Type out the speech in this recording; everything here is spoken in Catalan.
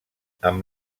amb